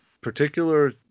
Particular